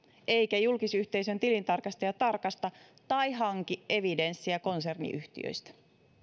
eikä julkisyhteisön tilintarkastaja tarkasta tai hanki evidenssiä konserniyhtiöistä